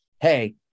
hey